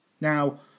Now